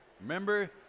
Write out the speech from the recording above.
Remember